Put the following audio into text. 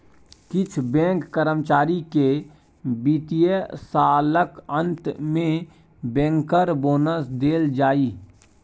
किछ बैंक कर्मचारी केँ बित्तीय सालक अंत मे बैंकर बोनस देल जाइ